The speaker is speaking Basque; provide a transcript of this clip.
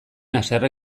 haserre